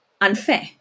unfair